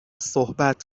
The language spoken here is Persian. صحبت